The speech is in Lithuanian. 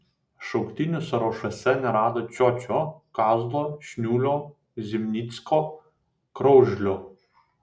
šauktinių sąrašuose nerado čiočio kazlo šniuolio zimnicko kraužlio